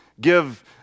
give